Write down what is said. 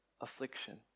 affliction